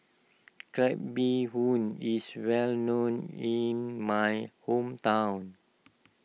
Crab Bee Hoon is well known in my hometown